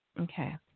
Okay